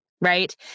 right